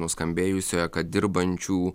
nuskambėjusioje kad dirbančių